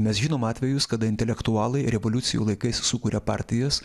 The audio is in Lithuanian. mes žinom atvejus kada intelektualai revoliucijų laikais sukuria partijas